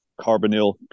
carbonyl